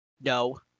no